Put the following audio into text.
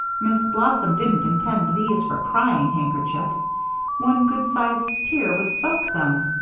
miss blossom didn't intend these for crying-handkerchiefs one good-sized tear would soak them.